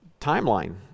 timeline